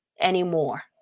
anymore